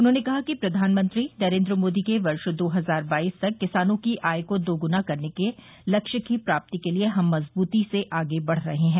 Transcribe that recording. उन्होंने कहा कि प्रधानमंत्री नरेन्द्र मोदी के वर्ष दो हजार बाईस तक किसानों की आय को दोगुना करने के लक्ष्य की प्राप्ती के लिये हम मजबूती से आगे बढ़ रहे हैं